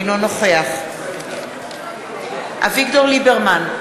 אינו נוכח אביגדור ליברמן,